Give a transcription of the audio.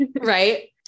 Right